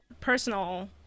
personal